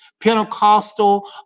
Pentecostal